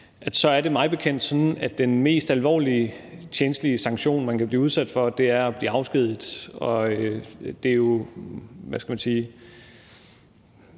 at det mig bekendt er sådan, at den mest alvorlige tjenstlige sanktion, man kan blive udsat for, er at blive afskediget. På den måde er der jo ikke